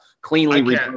cleanly